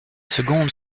secondes